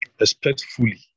respectfully